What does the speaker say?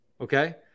Okay